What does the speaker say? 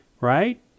right